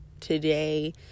today